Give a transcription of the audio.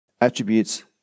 attributes